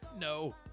No